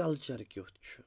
culture کیُتھ چھُ